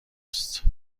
است